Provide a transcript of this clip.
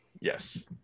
Yes